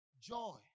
Joy